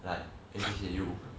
like H_H eh you